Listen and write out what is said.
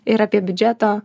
ir apie biudžeto